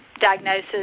diagnosis